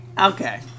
Okay